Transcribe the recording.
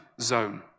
zone